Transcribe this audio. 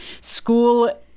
school